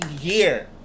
year